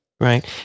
Right